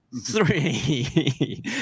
three